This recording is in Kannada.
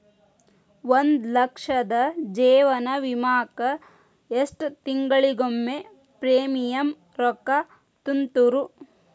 ಒಂದ್ ಲಕ್ಷದ ಜೇವನ ವಿಮಾಕ್ಕ ಎಷ್ಟ ತಿಂಗಳಿಗೊಮ್ಮೆ ಪ್ರೇಮಿಯಂ ರೊಕ್ಕಾ ತುಂತುರು?